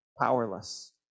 powerless